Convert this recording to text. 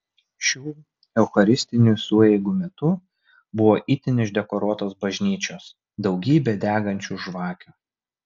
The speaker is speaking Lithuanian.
šių eucharistinių sueigų metu buvo itin išdekoruotos bažnyčios daugybė degančių žvakių